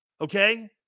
okay